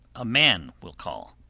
a man will call.